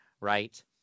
right